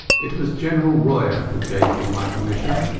it was general royer who gave me my commission.